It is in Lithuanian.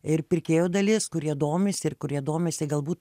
ir pirkėjų dalis kurie domisi ir kurie domisi galbūt